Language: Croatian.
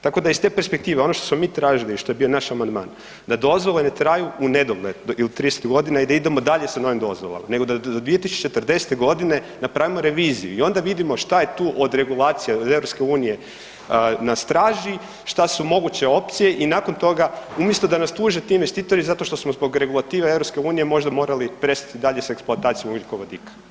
Tako da iz te perspektive, ono što smo mi tražili i što je bio naš amandman da dozvole ne traju unedogled ili 30 godina i da idemo dalje sa novim dozvolama, nego da do 2040. godine napravimo reviziju i onda vidimo šta je to od regulacije od Europske unije na straži, šta su moguće opcije i nakon toga, umjesto da nas tuže ti investitori zato što smo zbog regulative Europske unije možda morali prestati dalje sa eksploatacijom ugljikovodika.